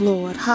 Lord